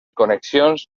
connexions